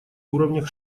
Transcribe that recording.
уровнях